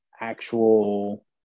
actual